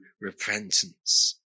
repentance